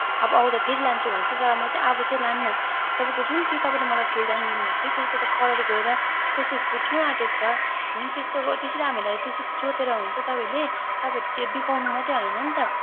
अब अब त फेरि लान्छु भनेको थिएँ तर म चाहिँ अब चाहिँ लान्न तपाईँको जुन त्यो तपाईँले मलाई फुलदानी दिनुभएको थियो त्यसको त कलर गएर को चाहिँ फुट्नुआँटेको छ हुनु नि त्यसो त्यसरी हामीलाई त्यसरी जोतेर हुन्छ तपाईँले तपाईँहरू त्यो बिकाउनु मात्रै होइन नि त